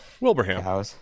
Wilbraham